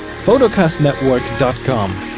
Photocastnetwork.com